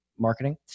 marketing